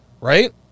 right